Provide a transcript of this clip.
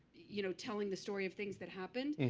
you know telling the story of things that happened, and